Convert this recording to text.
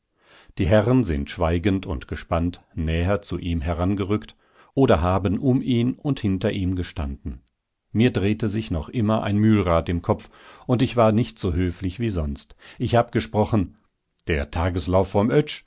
die herren sind schweigend und gespannt näher zu ihm herangerückt oder haben um ihn und hinter ihm gestanden mir drehte sich noch immer ein mühlrad im kopf und ich war nicht so höflich wie sonst ich hab gesprochen der tageslauf vom